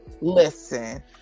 Listen